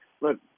look